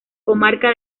comarca